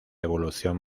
evolución